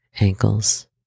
ankles